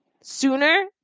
sooner